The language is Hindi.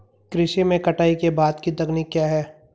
कृषि में कटाई के बाद की तकनीक क्या है?